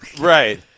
Right